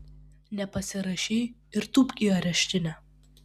nepasirašei ir tūpk į areštinę